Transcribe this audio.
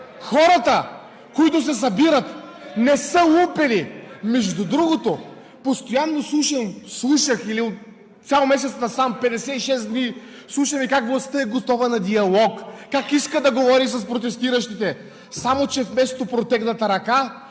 Хората, които се събират, не са лумпени! Между другото, от цял месец насам постоянно слушам, 56 дни слушаме как властта е готова на диалог, как иска да говори с протестиращите. Само че вместо протегната ръка,